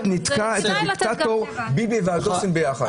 נתקע את הדיקטטור ביבי והדוסים ביחד.